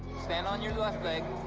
stand on your left leg.